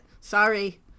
Sorry